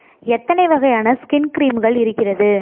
எத்தனை வகையான ஸ்கின் கிரீம்கள் இருக்கிறது